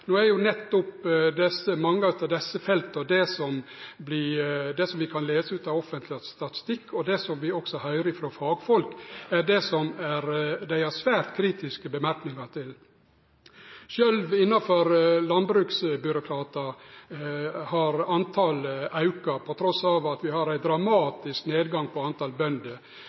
ut av offentleg statistikk lese om nettopp mange av desse felta, og vi kan også høyre frå fagfolk at dei har svært kritiske merknader til dette. Sjølv for landbruksbyråkratar har talet auka, på tross av at vi har ein dramatisk nedgang i talet på bønder.